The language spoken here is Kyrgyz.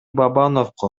бабановго